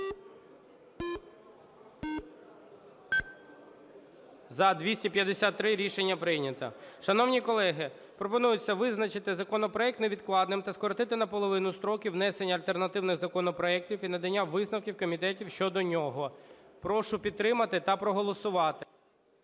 За-253 Рішення прийнято. Шановні колеги, пропонується визначити законопроект невідкладним та скоротити наполовину строків внесення альтернативних законопроектів і надання висновків комітетів щодо нього. Прошу підтримати та проголосувати.